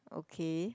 okay